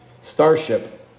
Starship